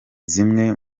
zimwe